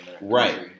Right